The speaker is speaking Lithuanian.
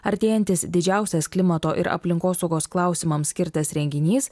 artėjantis didžiausias klimato ir aplinkosaugos klausimams skirtas renginys